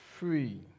Free